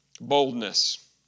boldness